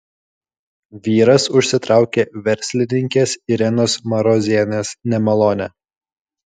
vyras užsitraukė verslininkės irenos marozienės nemalonę